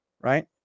Right